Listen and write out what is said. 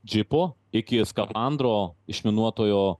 džipų iki skafandro išminuotojo